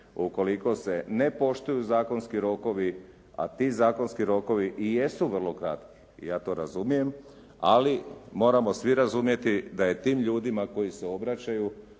ukoliko se ne poštuju zakonski rokovi, a ti zakonski rokovi i jesu vrlo kratki i ja to razumijem. Ali moramo svi razumjeti da je tim ljudima koji se obraćaju